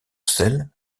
celles